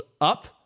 up